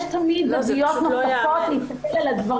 תמיד זוויות נוספות להסתכל על הדברים.